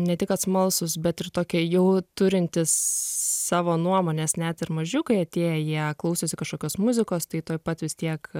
ne tik kad smalsūs bet ir tokie jau turintis savo nuomones net ir mažiukai atėję jie klausosi kažkokios muzikos tai tuoj pat vis tiek